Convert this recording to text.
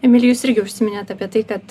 emili jūs irgi užsiminėt apie tai kad